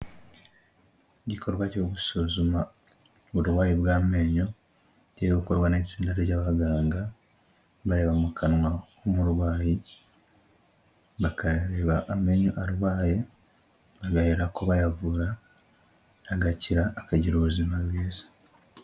Igikorwa cyo gusuzuma uburwayi bw'amenyo kiri gukorwa n'itsinda ry'abaganga bareba mu kanwa k'umurwayi, bakareba amenyo arwaye bagaherako bayavura agakira akagira ubuzima bwiza.